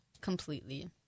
completely